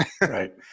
Right